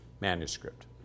manuscript